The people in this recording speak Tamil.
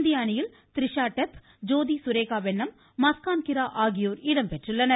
இந்திய அணியில் திரிஷாடெப் ஜோதிசுரேகா வென்னம் மஸ்கான்கிரா ஆகியோர் இடம்பெற்றுள்ளனர்